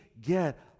get